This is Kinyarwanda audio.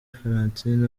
francine